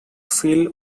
feel